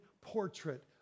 portrait